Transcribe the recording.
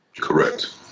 Correct